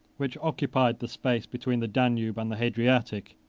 which occupied the space between the danube and the hadriatic,